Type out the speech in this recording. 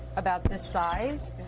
about this size,